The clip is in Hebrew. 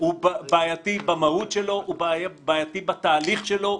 הוא בעייתי במהותו והוא בעייתי בתהליך שלו,